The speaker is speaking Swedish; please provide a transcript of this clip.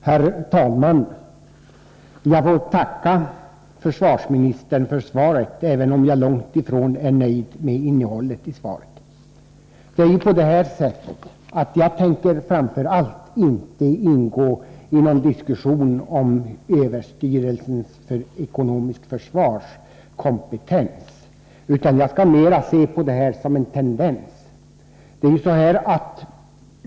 Herr talman! Jag tackar försvarsministern för svaret, även om jag långt ifrån är nöjd med innehållet. Jag tänker inte gå in i någon diskussion om överstyrelsens för ekonomiskt försvar kompetens. Det här ser jag mer som en tendens.